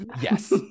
yes